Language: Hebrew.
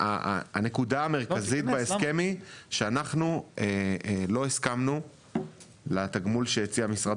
הנקודה המרכזית בהסכם היא שאנחנו לא הסכמנו לתגמול שהציע משרד